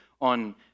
on